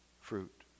fruit